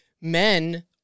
men